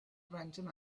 random